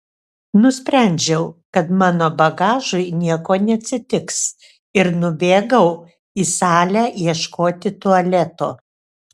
nusprendžiau kad mano bagažui nieko neatsitiks ir nubėgau į salę ieškoti tualeto